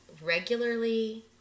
regularly